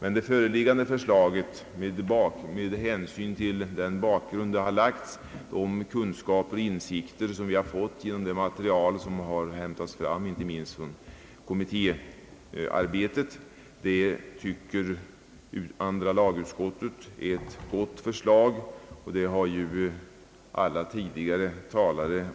Med hänsyn till den bakgrund mot vilken det föreliggande förslaget lagts fram och med hänsyn till de kunskaper och insikter som vi har fått ge nom det material som har framkommit inte minst under kommittéarbetet tycker andra lagutskottet att förslaget är gott. Det har ju alla tidigare talare